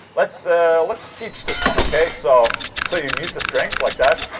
let's let's teach this one. okay, so so you mute the strings like that.